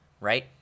right